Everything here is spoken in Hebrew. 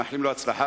ומאחל לו הצלחה,